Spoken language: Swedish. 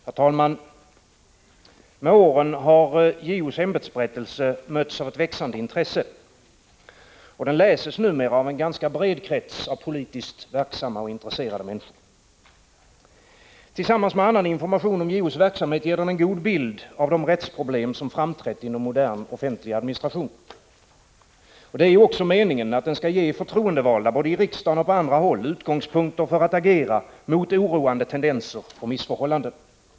Herr talman! Med åren har JO:s ämbetsberättelse mötts av ett växande intresse, och den läses numera av en ganska bred krets av politiskt verksamma och intresserade människor. Tillsammans med annan information om JO:s verksamhet ger den en god bild av de rättsproblem som framträtt inom modern offentlig administration. Det är också meningen att den skall ge förtroendevalda, både i riksdagen och på andra håll, utgångspunkter för att agera mot oroande tendenser och missförhållanden.